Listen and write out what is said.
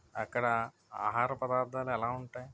అక్కడ ఆహార పదార్థాలు ఎలా ఉంటాయి